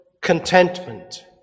contentment